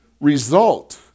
result